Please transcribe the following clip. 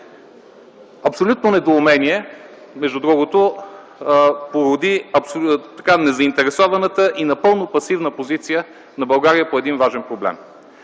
Абсолютно недоумение между другото породи незаинтересованата и напълно пасивна позиция на България по един важен проблем.